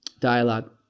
dialogue